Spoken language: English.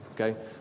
okay